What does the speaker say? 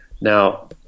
Now